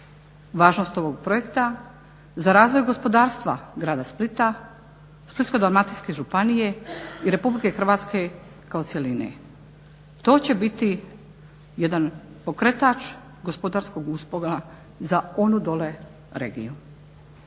važnost ovog projekta za razvoj gospodarstva Grada Splita, Splitsko-Dalmatinske županije i Republike Hrvatske kao cjeline. To će biti jedan pokretač gospodarskog uspona za onu dole regiju.